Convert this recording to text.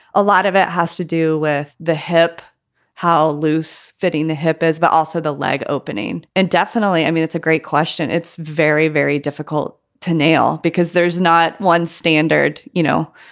a lot of it has to do with the hip how loose fitting the hip is, but also the leg opening. and definitely i mean, it's a great question. it's very, very difficult to nail because there's not one standard, you know,